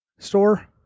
Store